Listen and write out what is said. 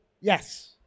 Yes